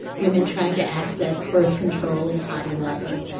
women trying to access birth control. and hobby lobby,